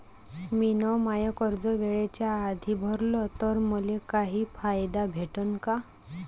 मिन माय कर्ज वेळेच्या आधी भरल तर मले काही फायदा भेटन का?